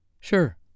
sure